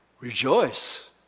Rejoice